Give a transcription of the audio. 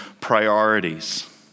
priorities